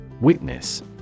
Witness